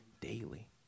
daily